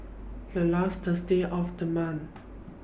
The last Thursday of The month